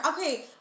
Okay